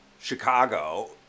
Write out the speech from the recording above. Chicago